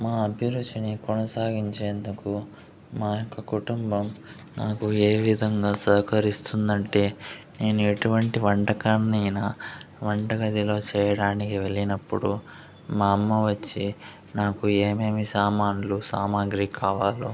మా అభిరుచిని కొనసాగించేందుకు మా యొక్క కుటుంబం నాకు ఏ విధంగా సహకరిస్తుందంటే నేను ఎటువంటి వంటకాన్ని అయినా వంటగదిలో చేయడానికి వెళ్ళినప్పుడు మా అమ్మ వచ్చి నాకు ఏమేమి సామాన్లు సామాగ్రి కావాలో